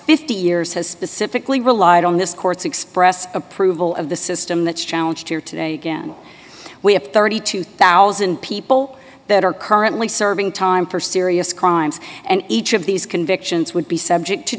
fifty years has specifically relied on this court's expressed approval of the system that challenged here today again we have thirty two thousand people that are currently serving time for serious crimes and each of these convictions would be subject to